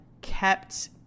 kept